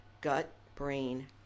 gut-brain